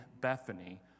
Bethany